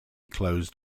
closed